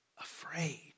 afraid